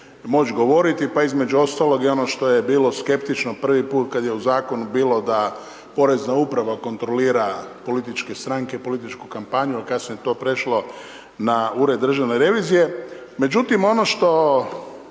moć govoriti, pa između ostalo i ono što je bilo skeptično prvi put kad je u zakonu bilo da porezna uprava kontrolira političke stranke, političku kampanju, al kasnije je to prešlo na Ured državne revizije. Međutim, ono što